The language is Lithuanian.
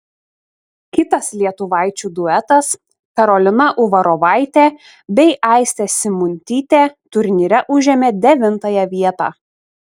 kitas lietuvaičių duetas karolina uvarovaitė bei aistė simuntytė turnyre užėmė devintąją vietą